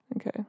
Okay